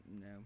No